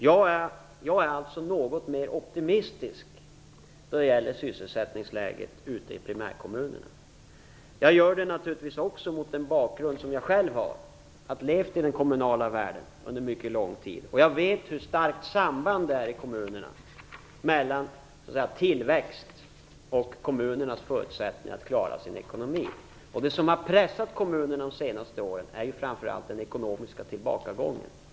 Jag är alltså något mer optimistisk när det gäller sysselsättningen ute i primärkommunerna än vad Hans Andersson är. Det är jag naturligtvis också med tanke på den bakgrund som jag själv har. Jag har levt i den kommunala världen under en mycket lång tid. Jag vet hur starka samband det finns mellan tillväxten och kommunernas förutsättningar att klara sin ekonomi. Det som har pressat kommunerna under de senaste åren är framför allt den ekonomiska tillbakagången.